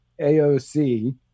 AOC